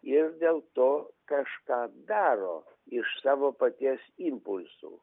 ir dėl to kažką daro iš savo paties impulsų